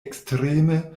ekstreme